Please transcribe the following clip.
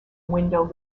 window